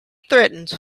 threatens